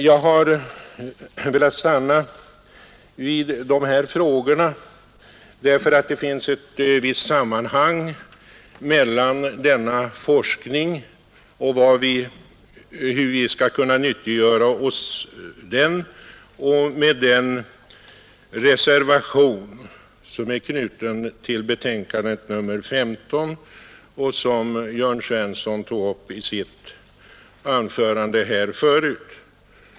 Jag har velat stanna vid de här frågorna, därför att det finns ett visst sammanhang mellan denna forskning —- hur vi skall kunna nyttiggöra oss den — och den reservation som är knuten till betänkandet nr 15 som Jörn Svensson tog upp i sitt anförande här förut.